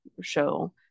show